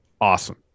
Awesome